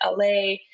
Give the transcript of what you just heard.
LA